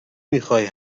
میخای